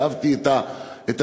אהבתי את המינוח,